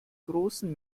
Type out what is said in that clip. großen